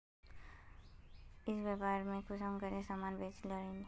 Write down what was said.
ई व्यापार में कुंसम सामान बेच रहली?